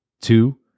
Two